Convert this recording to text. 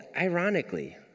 ironically